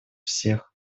всех